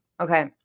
okay